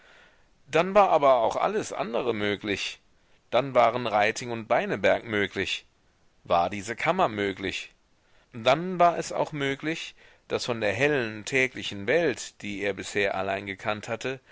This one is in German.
dann war aber auch alles andere möglich dann waren reiting und beineberg möglich war diese kammer möglich dann war es auch möglich daß von der hellen täglichen welt die er bisher allein gekannt hatte